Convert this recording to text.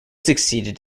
succeeded